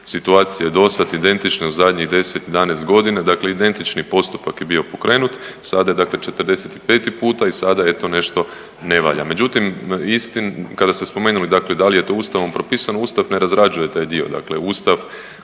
situacije do sad identične u zadnjih 10, 11 godina. Dakle, identični postupak je bio pokrenut. Sada je dakle 45 puta i sada eto nešto ne valja. Međutim, kada ste spomenuli, dakle da li je to Ustavom propisano, Ustav ne razrađuje taj dio. Dakle, Ustav